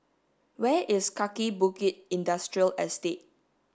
where is Kaki Bukit Industrial Estate